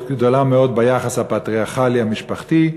גדולה מאוד ביחס הפטריארכלי המשפחתי,